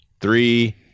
Three